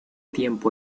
tiempo